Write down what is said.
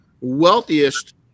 wealthiest